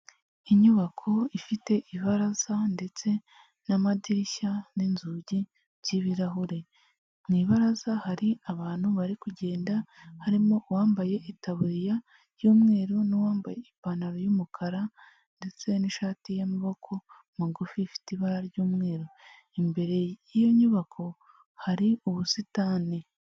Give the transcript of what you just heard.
Inyubako ifite ibaraza ndetse n'amadirishya n'inzugi by'ibirahure, mu ibaraza hari abantu bari kugenda harimo uwambaye itaburiya y'umweru n'uwambaye ipantaro y'umukara ndetse n'ishati y'amaboko magufi ifite ibara ry'umweru, imbere y'iyo nyubako hari ubusitani.